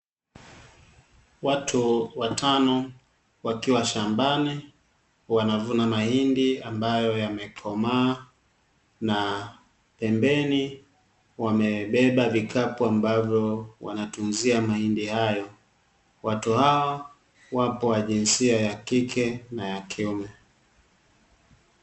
Watu watano wakiwa shambani wanavuna mahindi ambayo yamekomaa na pembeni wameweka vikapu ambavyo vimetunzia mahindi yao, watu hao wapo wa jinsia ya kike na ya kiume.